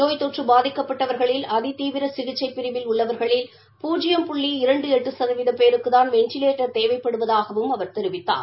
நோய் தொற்று பாதிக்கப்பட்வா்களில் அதி தீவிர சிகிச்சை பிரிவில் உள்ளவா்களில் பூஜ்ஜியம் புள்ளி இரண்டு எட்டு சதவீதம் பேருக்குதாள் வெண்டிலேட்டர் தேவைப்படுவதாகவும் அவர் தெரிவித்தார்